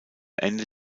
ende